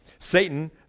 Satan